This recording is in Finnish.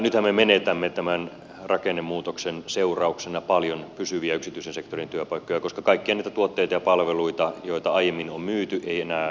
nythän me menetämme tämän rakennemuutoksen seurauksena paljon pysyviä yksityisen sektorin työpaikkoja koska kaikkia niitä tuotteita ja palveluita joita aiemmin on myyty ei enää maailmalla osteta